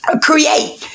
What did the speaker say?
create